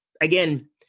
again